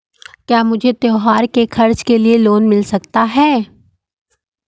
क्या मुझे त्योहार के खर्च के लिए लोन मिल सकता है?